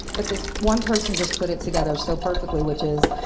but this one person just put it together so perfectly, which is,